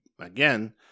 again